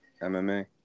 MMA